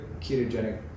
ketogenic